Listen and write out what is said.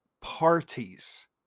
parties